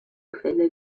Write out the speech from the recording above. quelle